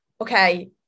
okay